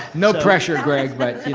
no pressure, greg,